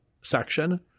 section